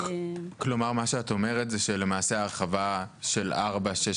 כלומר מה שאת אומרת זה שלמעשה ההרחבה של 446